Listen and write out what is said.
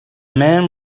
man